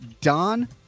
don